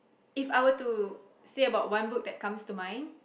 If I were to say about one book that comes to mind